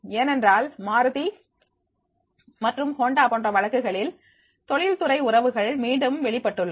ஏனென்றால் மாருதி மற்றும் ஹோண்டா போன்ற வழக்குகளில் தொழில்துறை உறவுகள் மீண்டும் வெளிப்பட்டுள்ளன